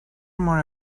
more